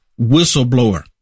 whistleblower